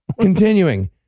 Continuing